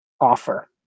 offer